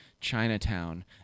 Chinatown